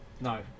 no